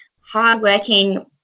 hardworking